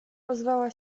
ozwała